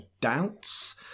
doubts